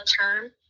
term